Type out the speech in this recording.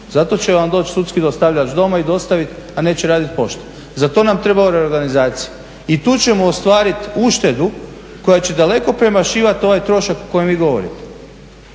Zato će vam doći sudski dostavljač doma i dostaviti, a neće raditi poštom. Za to nam treba organizacija. I tu ćemo ostvariti uštedu koja će daleko premašivati ovaj trošak o kojem vi govorite.